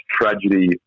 tragedy